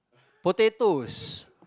potatoes